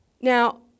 Now